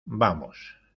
vamos